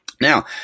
Now